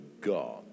God